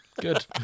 Good